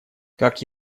как